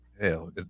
hell